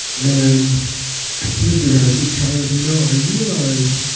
and i said to her, i said, charlotte, you know i realize